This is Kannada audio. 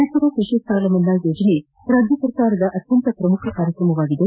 ರೈತರ ಕೃಷಿ ಸಾಲಮನ್ನಾ ಯೋಜನೆ ರಾಜ್ಯ ಸರ್ಕಾರದ ಅತ್ಯಂತ ಪ್ರಮುಖ ಕಾರ್ಯಕ್ರಮವಾಗಿದೆ